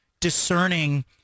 discerning